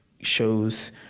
shows